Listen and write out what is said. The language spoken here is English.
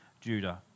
Judah